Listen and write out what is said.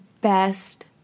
best